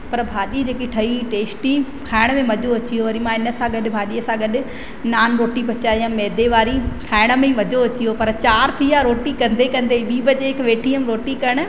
पर भाॼी जेकी ठही टेस्टी खाइण में मज़ो अची वियो वरी मां इन सां गॾु भाॼीअ सां गॾु नान रोटी पचाई मैदे वारी खाइण में ई मज़ो अची वियो पर चार थिया रोटी कंदे कंदे ॿीं बजे वेठी हुयमि रोटी करणु